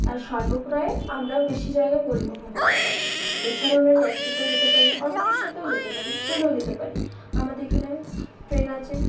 আর স্বল্প ক্রয়ে আমরা বেশি জায়গা পরিবহণ করতে পারি এছাড়াও আমরা ট্যাক্সিতেও যেতে পারি অটোরিক্সাতেও যেতে পারি ট্রেনেও যেতে পারি আমাদের এখানে ট্রেন আছে